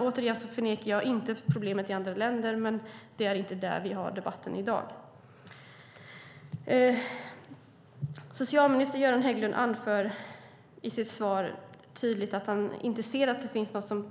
Återigen förnekar jag inte problemet i andra länder, men det är inte det vi debatterar i dag. Socialminister Göran Hägglund anför tydligt i sitt svar att han inte ser något som